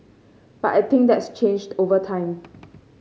but I think that's changed over time